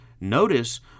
notice